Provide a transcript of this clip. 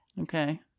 Okay